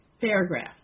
paragraph